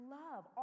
love